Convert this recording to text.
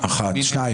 הצבעה לא אושרה